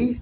এই